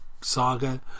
saga